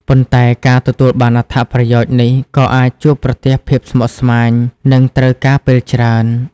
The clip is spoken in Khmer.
ប៉ុន្តែការទទួលបានអត្ថប្រយោជន៍នេះក៏អាចជួបប្រទះភាពស្មុគស្មាញ និងត្រូវការពេលច្រើន។